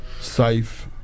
safe